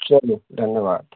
चलू धन्यवाद